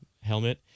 helmet